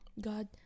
God